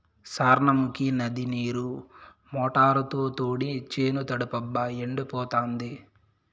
సార్నముకీ నది నీరు మోటారుతో తోడి చేను తడపబ్బా ఎండిపోతాంది